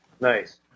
Nice